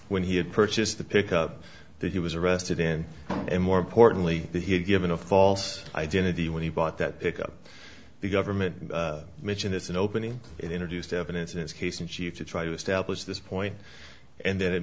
when he had purchased the pickup that he was arrested in and more importantly that he had given a false identity when he bought that pick up the government mentioned it's an opening it introduced evidence in his case in chief to try to establish this point and then